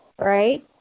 right